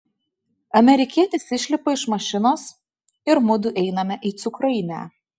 amerikietis išlipa iš mašinos ir mudu einame į cukrainę